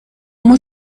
اما